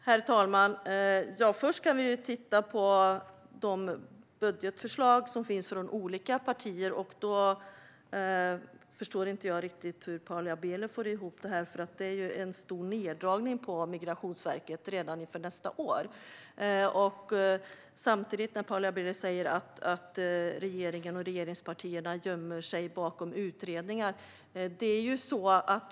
Herr talman! Först kan vi titta på de budgetförslag som finns från olika partier. Jag förstår inte riktigt hur Paula Bieler får ihop det. Det föreslås en stor neddragning på Migrationsverket redan inför nästa år. Paula Bieler säger samtidigt att regeringen och regeringspartierna gömmer sig bakom utredningar.